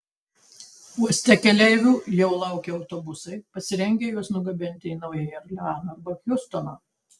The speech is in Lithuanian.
uoste keleivių jau laukia autobusai pasirengę juos nugabenti į naująjį orleaną arba hjustoną